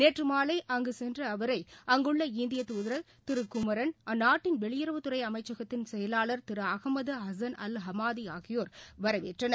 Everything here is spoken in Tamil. நேற்றுமாலைஅங்குசென்றஅவரை இந்தியதாதர் திருகுமரன் அந்நாட்டின் வெளியுறவுத்துறைஅமைச்சகத்தின் செயலாளர் திருஅகமதுஹசன் அல் ஹமாதிஆகியோர் வரவேற்றனர்